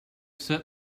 set